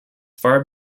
far